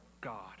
God